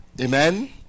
Amen